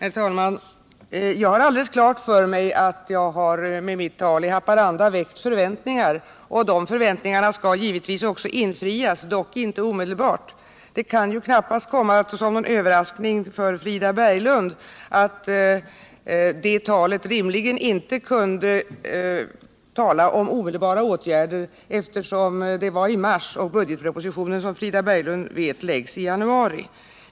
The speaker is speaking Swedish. Herr talman! Jag har alldeles klart för mig att jag med mitt tal i Haparanda har väckt förväntningar, och de förväntningarna skall givetvis också infrias, dock inte omedelbart. Det kan knappast komma som någon överraskning för Frida Berglund att det talet rimligen inte kunde röra omedelbara åtgärder, eftersom det var i mars, och budgetpropositionen, som Frida Berglund vet, läggs i januari.